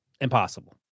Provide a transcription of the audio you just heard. impossible